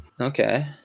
Okay